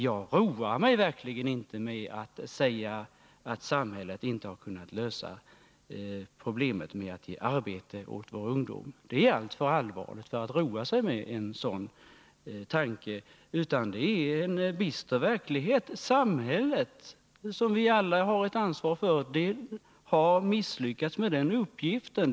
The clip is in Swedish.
Jag roar mig verkligen inte med att säga att samhället inte har kunnat lösa problemet med att ge arbete åt vår ungdom. Det problemet är alltför allvarligt för att man skulle kunna roa med en sådan tanke. Det är en bister verklighet. Samhället, som vi alla har ett ansvar för, har misslyckats med den uppgiften.